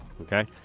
Okay